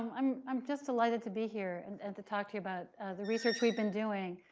um i'm just delighted to be here and and to talk to you about the research we've been doing.